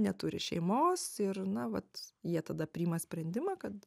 neturi šeimos ir na vat jie tada priima sprendimą kad